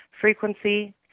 frequency